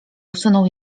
usunął